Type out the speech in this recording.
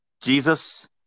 Jesus